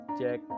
check